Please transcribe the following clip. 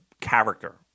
character